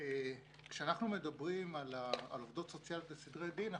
כשאנחנו מדברים על עובדות סוציאליות לסדרי דין,